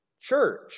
Church